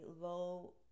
low